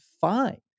fine